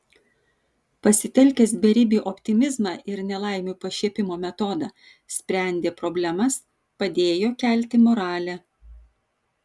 pasitelkęs beribį optimizmą ir nelaimių pašiepimo metodą sprendė problemas padėjo kelti moralę